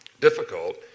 difficult